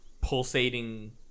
pulsating